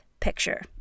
picture